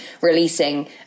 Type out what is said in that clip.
releasing